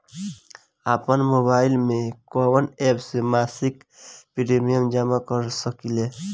आपनमोबाइल में कवन एप से मासिक प्रिमियम जमा कर सकिले?